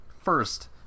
First